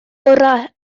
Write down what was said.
gorau